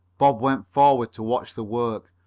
bob went forward to watch the work,